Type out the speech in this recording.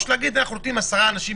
הרי אנחנו מרמים את עצמנו,